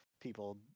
people